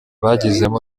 bagizemo